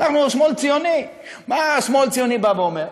אנחנו שמאל ציוני, מה השמאל הציוני אומר?